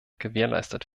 gewährleistet